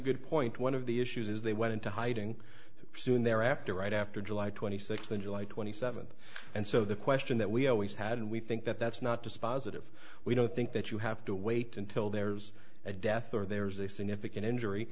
good point one of the issues is they went into hiding soon thereafter right after july twenty sixth on july twenty seventh and so the question that we always had and we think that that's not dispositive we don't think that you have to wait until there's a death or there's a significant injury